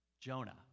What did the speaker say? Jonah